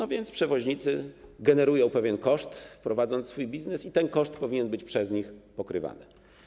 A więc przewoźnicy generują pewien koszt, prowadząc swój biznes, i ten koszt powinien być przez nich pokrywany.